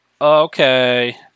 Okay